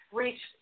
reach